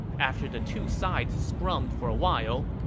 after the two sides scrummed for a while,